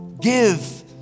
give